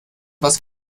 was